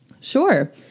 Sure